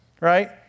right